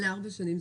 לארבע שנים.